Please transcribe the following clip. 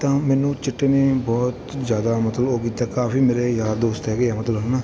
ਤਾਂ ਮੈਨੂੰ ਚਿੱਟੇ ਨੇ ਬਹੁਤ ਜ਼ਿਆਦਾ ਮਤਲਬ ਉਹ ਕੀਤਾ ਕਾਫੀ ਮੇਰੇ ਯਾਰ ਦੋਸਤ ਹੈਗੇ ਆ ਮਤਲਬ ਹੈ ਨਾ